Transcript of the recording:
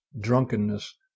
drunkenness